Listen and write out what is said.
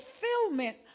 fulfillment